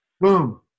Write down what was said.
boom